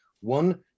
One